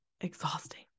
exhausting